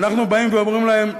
אנחנו באים ואומרים להם,